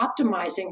optimizing